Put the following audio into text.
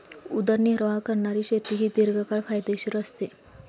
उदरनिर्वाह करणारी शेती ही दीर्घकाळ फायदेशीर असते